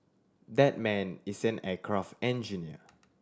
that man is an aircraft engineer